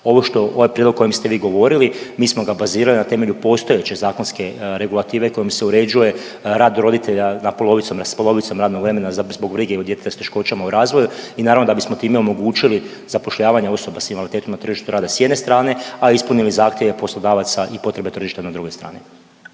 Ovo što, ovaj prijedlog o kojem ste vi govorili, mi smo ga bazirali na temelju postojeće zakonske regulative kojim se uređuje rad roditelja na polovicom, s polovicom radnog vremena zbog brige o djetetu s teškoćama u razvoju i naravno da bismo time omogućili zapošljavanje osoba s invaliditetom na tržištu rada s jedne strane, a ispunili zahtjeve poslodavaca i potrebe tržišta na drugoj strani.